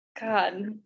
God